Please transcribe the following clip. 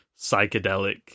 psychedelic